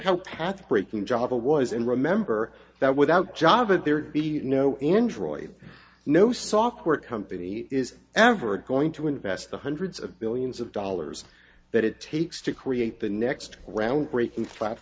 how pathbreaking java was and remember that without job it there'd be no enjoy no software company is ever going to invest the hundreds of billions of dollars that it takes to create the next round breaking five